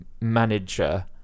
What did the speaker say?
manager